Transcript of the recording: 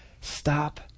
Stop